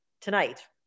tonight